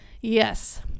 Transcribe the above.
Yes